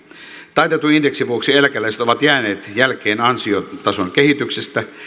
taitetun indeksin vuoksi eläkeläiset ovat jääneet jälkeen ansiotason kehityksestä